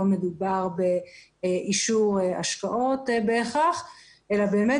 לא מדובר באישור השקעות בהכרח אלא באמת